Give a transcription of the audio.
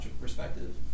perspective